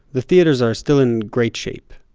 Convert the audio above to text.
the theaters are still in great shape.